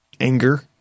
anger